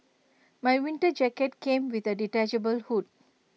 my winter jacket came with A detachable hood